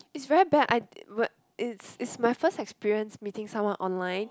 it's very bad I di~ it's it's my first experience meeting someone online